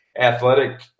athletic